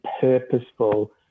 purposeful